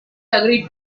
agreed